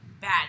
bad